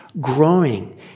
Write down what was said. growing